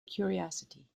curiosity